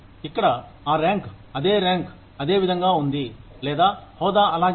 ఇక్కడ అ ర్యాంక్ అదే ర్యాంక్ అదే విధంగా ఉంది లేదా హోదా అలాగే ఉంది